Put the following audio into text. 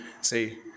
say